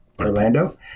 Orlando